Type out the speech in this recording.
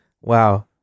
Wow